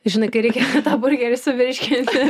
žinai kai reikia tą burgerį suvirškinti